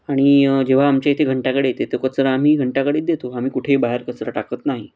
आणि जेव्हा आमच्या इथे घंटागाडी येते तो कचरा आम्ही घंटागाडीत देतो आम्ही कुठेही बाहेर कचरा टाकत नाही